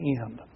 end